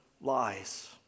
lies